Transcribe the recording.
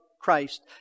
Christ